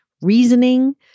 Reasoning